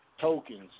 tokens